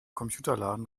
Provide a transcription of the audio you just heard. computerladen